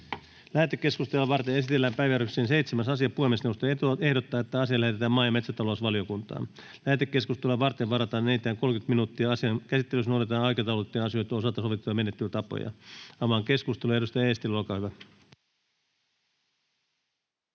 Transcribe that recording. Lähetekeskustelua varten esitellään päiväjärjestyksen 7. asia. Puhemiesneuvosto ehdottaa, että asia lähetetään maa- ja metsätalousvaliokuntaan. Lähetekeskustelua varten varataan enintään 30 minuuttia. Asian käsittelyssä noudatetaan aikataulutettujen asioiden osalta sovittuja menettelytapoja. — Avaan keskustelun. Edustaja Eestilä, olkaa hyvä.